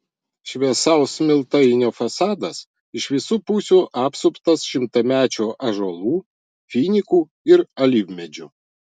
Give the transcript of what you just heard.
šviesaus smiltainio fasadas iš visų pusių apsuptas šimtamečių ąžuolų finikų ir alyvmedžių